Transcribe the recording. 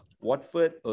Watford